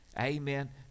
amen